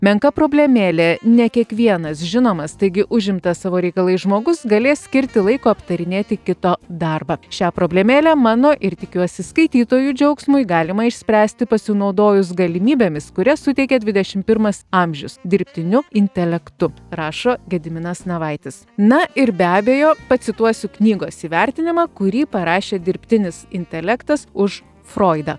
menka problemėlė ne kiekvienas žinomas taigi užimtas savo reikalais žmogus galės skirti laiko aptarinėti kito darbą šią problemėlę mano ir tikiuosi skaitytojų džiaugsmui galima išspręsti pasinaudojus galimybėmis kurias suteikė dvidešim pirmas amžius dirbtiniu intelektu rašo gediminas navaitis na ir be abejo pacituosiu knygos įvertinimą kurį parašė dirbtinis intelektas už froidą